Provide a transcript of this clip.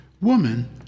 Woman